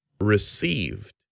received